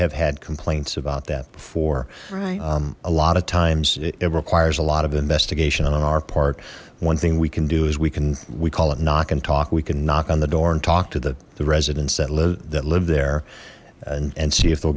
have had complaints about that before a lot of times it requires a lot of investigation on our part one thing we can do is we can we call it knock and talk we can knock on the door and talk to the residents that live that live there and and see if they'll